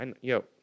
yo